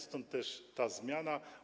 Stąd też ta zmiana.